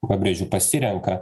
pabrėžiu pasirenka